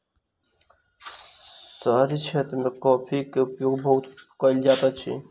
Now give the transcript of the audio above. शहरी क्षेत्र मे कॉफ़ीक उपयोग बहुत कयल जाइत अछि